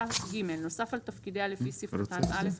"(ג) נוסף על תפקידיה לפי סעיף קטן (א),